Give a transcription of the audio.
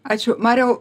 ačiū mariau